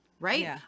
Right